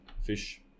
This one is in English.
fish